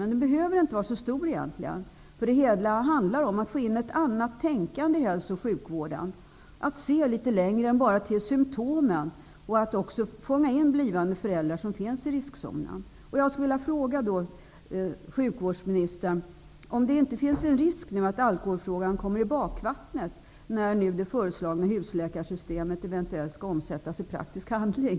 Men den behöver egentligen inte vara så stor, för det hela handlar om att få in ett annat tänkande i hälso och sjukvården. Det gäller att se litet längre än bara till symtomen och att också fånga in blivande föräldrar som finns i riskzonen. Jag skulle vilja fråga sjukvårdsministern om det inte finns en risk att alkoholfrågan hamnar i bakvatten när det föreslagna husläkarsystemet eventuellt skall omsätttas i praktisk handling.